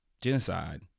Genocide